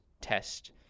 test